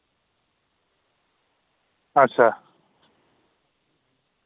अच्छा